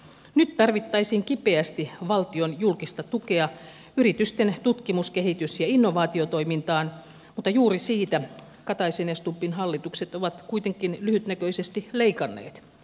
nyt tarvittaisiin kipeästi valtion julkista tukea yritysten tutkimus kehitys ja innovaatiotoimintaan mutta juuri siitä kataisen ja stubbin hallitukset ovat kuitenkin lyhytnäköisesti leikanneet